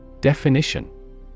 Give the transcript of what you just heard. Definition